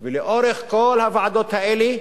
ולאורך כל הוועדות האלה